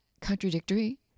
contradictory